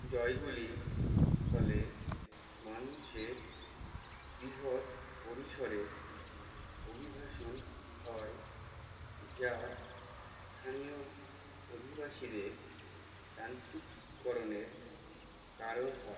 জয়গুলির ফলে মানুষের বৃহৎ পরিসরে অভিবাসন হয় যা স্থানীয় অধিবাসীদের প্রান্তিককরণের কারণ হয়